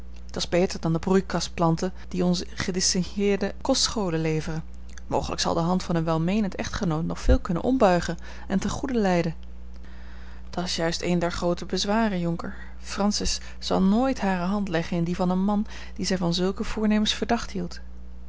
dat's beter dan de broeikastplanten die onze gedistingueerde kostscholen leveren mogelijk zal de hand van een welmeenend echtgenoot nog veel kunnen ombuigen en ten goede leiden dat's juist een der groote bezwaren jonker francis zal nooit hare hand leggen in die van een man dien zij van zulke voornemens verdacht hield